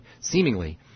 seemingly